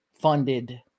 funded